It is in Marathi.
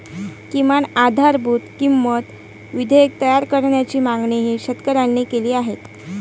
किमान आधारभूत किंमत विधेयक तयार करण्याची मागणीही शेतकऱ्यांनी केली आहे